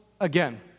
again